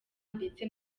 ndetse